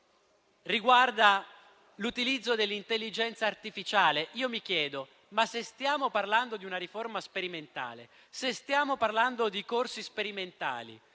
riguarda l'utilizzo dell'intelligenza artificiale. Io mi chiedo: ma se stiamo parlando di una riforma sperimentale, se stiamo parlando di corsi sperimentali,